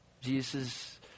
Jesus